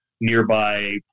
nearby